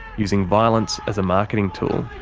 using violence as a marketing tool.